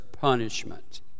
punishment